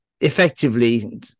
effectively